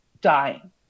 dying